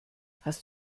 hast